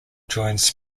joins